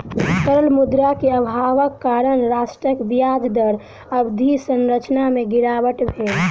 तरल मुद्रा के अभावक कारण राष्ट्रक ब्याज दर अवधि संरचना में गिरावट भेल